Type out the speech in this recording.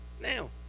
now